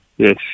Yes